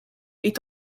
est